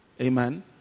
Amen